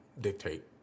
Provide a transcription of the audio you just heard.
dictate